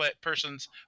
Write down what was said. person's